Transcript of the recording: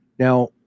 Now